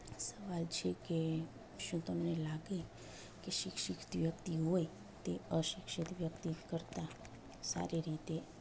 સવાલ છે કે શું તમને લાગે કે શિક્ષિત વ્યક્તિ હોય તે અશિક્ષિત વ્યક્તિ કરતાં સારી રીતે